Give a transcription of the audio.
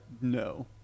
No